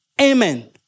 Amen